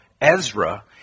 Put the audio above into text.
Ezra